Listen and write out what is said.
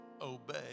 obey